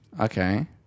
Okay